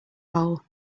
hole